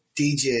DJ